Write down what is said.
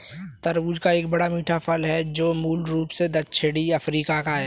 तरबूज एक बड़ा, मीठा फल है जो मूल रूप से दक्षिणी अफ्रीका का है